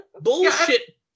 Bullshit